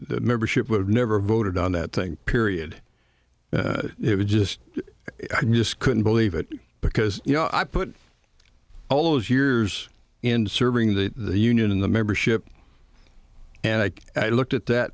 the membership would never voted on that thing period it was just just couldn't believe it because you know i put all those years in serving the union in the membership and i looked at that